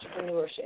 entrepreneurship